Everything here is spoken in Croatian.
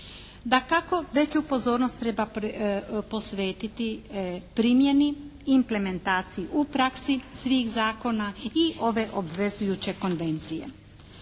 Dakako veću pozornost treba posvetiti primjeni, implementaciji u praksi svih zakona i ove obvezujuće Konvencije.